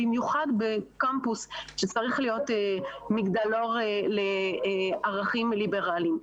במיוחד בקמפוס שצריך להיות מגדלור לערכים ליברליים.